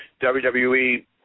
WWE